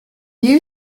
you